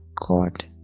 God